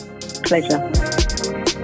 Pleasure